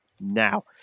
now